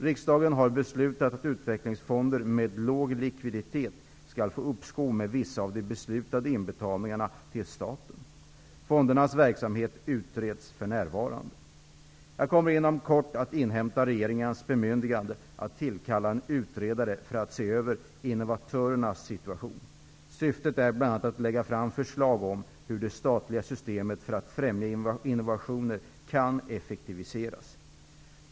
Riksdagen har beslutat att utvecklingsfonder med låg likviditet skall få uppskov med vissa av de beslutade inbetalningarna till staten. Fondernas verksamhet utreds för närvarande. Jag kommer inom kort att inhämta regeringens bemyndigande att tillkalla en utredare för att se över innovatörernas situation. Syftet är bl.a. att lägga fram förslag om hur det statliga systemet för att främja innovationer kan effektiviseras.